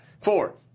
four